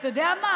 אתה יודע מה,